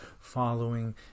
following